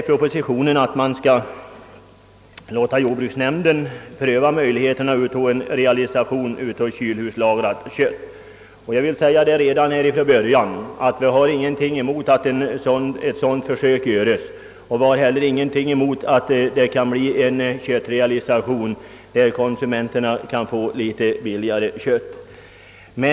I propositionen föreslås att möjligheterna att realisera kylhuslagrat kött prövas. Vi har ingenting emot en sådan prövning och vi har heller ingenting emot en köttrealisation, varigenom konsumenterna kan få köpa billigare kött.